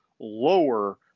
lower